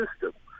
system